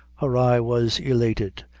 her eye was elated,